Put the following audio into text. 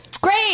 Great